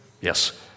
Yes